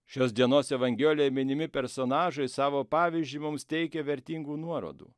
šios dienos evangelijoj minimi personažai savo pavyzdžiu mums teikia vertingų nuorodų